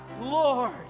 Lord